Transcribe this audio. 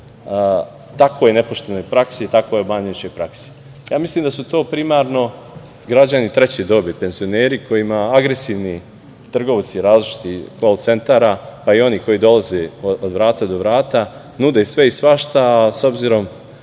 takvoj nepoštenoj praksi i takvoj obmanjujućoj praksi. Mislim da su to primarno građani treće dobi, penzioneri, kojima agresivni trgovci različitih kol-centara, pa i oni koji dolaze od vrata do vrata, nude sve i svašta, a s obzirom